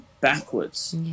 backwards